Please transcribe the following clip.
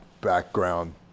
background